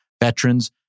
veterans